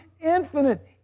infinite